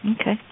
Okay